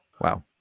wow